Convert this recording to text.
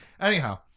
Anyhow